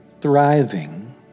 thriving